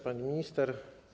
Pani Minister!